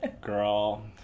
girl